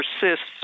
persists